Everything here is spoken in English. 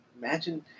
Imagine